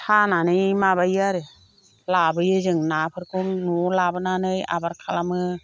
सानानै माबायो आरो लाबोयो जों नाफोरखौ न'आव लाबोनानै आबार खालामो